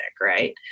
right